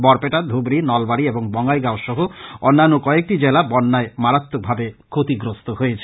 বরপেটা ধুবরী নলবাড়ী এবং বঙ্গাইগাও সহ অন্যান্য কয়েকটি জেলা বন্যায় মারাত্মক ভাবে ক্ষতিগ্রস্থ হয়েছে